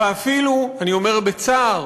ואפילו, אני אומר בצער,